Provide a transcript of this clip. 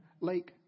lake